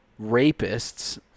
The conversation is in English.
rapists